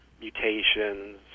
mutations